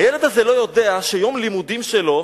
הילד הזה לא יודע שיום לימודים שלו